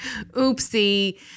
oopsie